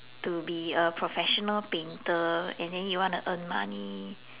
to be a professional painter and then you wanna earn money